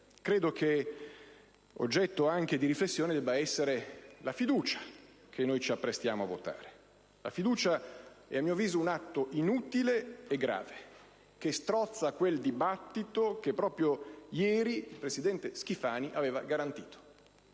credo che oggetto di riflessione debba essere la fiducia che ci apprestiamo a votare. La fiducia è, a mio avviso, un atto inutile e grave che strozza quel dibattito che proprio ieri il presidente Schifani aveva garantito.